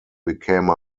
became